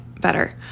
better